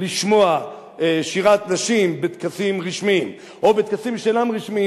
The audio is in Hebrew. לשמוע שירת נשים בטקסים רשמיים או בטקסים שאינם רשמיים,